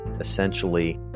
essentially